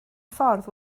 ffordd